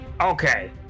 Okay